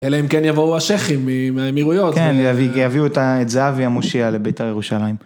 אלה אם כן יבואו השח'ים מהאמירויות. כן, יביאו את זהבי המושיע לבית"ר ירושלים.